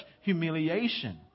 humiliation